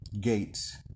gates